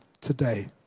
today